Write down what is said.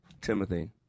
Timothy